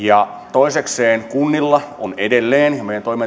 toisekseen kunnilla on edelleen